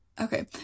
Okay